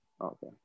Okay